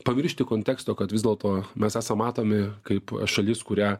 pamiršti konteksto kad vis dėlto mes esam matomi kaip šalis kurią